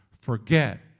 forget